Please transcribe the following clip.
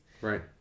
right